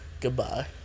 goodbye